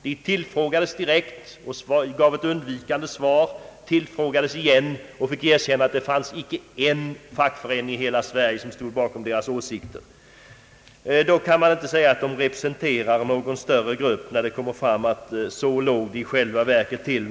De tillfrågades direkt och gav ett undvikande svar. När man upprepade frågan, fick de lov att erkänna att ingen fackförening fanns bakom dem. Med vetskap om detta förhållande kan man inte påstå att dessa ungdomar representerar någon större grupp i samhället.